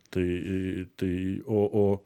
tai tai o o